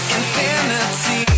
infinity